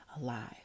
alive